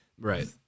Right